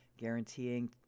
guaranteeing